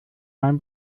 mein